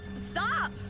Stop